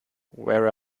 where